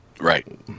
Right